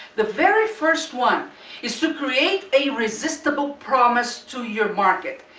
the very first one is to create a resistible promise to your market.